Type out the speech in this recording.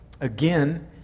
Again